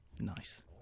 Nice